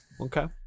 Okay